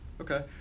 Okay